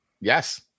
Yes